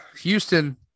Houston